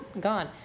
Gone